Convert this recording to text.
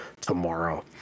tomorrow